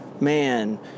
man